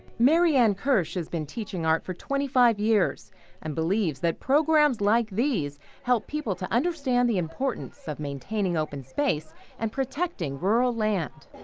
maryanne kirsch has been teaching art for twenty five years and believes that programs like these help people understand the importance of maintaining open space and protecting rural land.